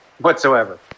whatsoever